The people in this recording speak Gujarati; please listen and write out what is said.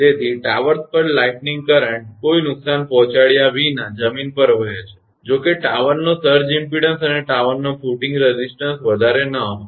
તેથી ટાવર્સ પર લાઇટનીંગ કરંટ કોઈ નુકસાન પહોંચાડ્યા વિના જમીન પર વહે છે જો કે ટાવરોનો સર્જ ઇમપેડન્સ અને ટાવરનો ફુટિંગ રેઝિસ્ટન્સ વધારે ન હોય